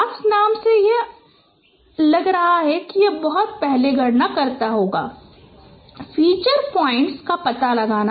fast नाम से यह लग रहा है कि यह बहुत पहले गणना करता है फीचर पॉइंट का पता लगाना